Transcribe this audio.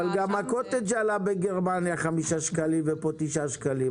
אבל גם הקוטג' עלה בגרמניה 5 שקלים וכאן 9 שקלים.